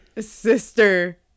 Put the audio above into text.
sister